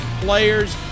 players